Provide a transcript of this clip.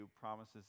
promises